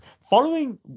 Following